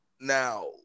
Now